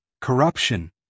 corruption